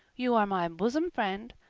you are my bosom friend,